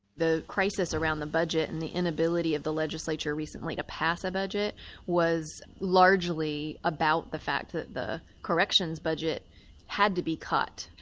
the crisis around the budget and the inability of the legislature recently to pass a budget was largely about the fact that the corrections budget had to be cut,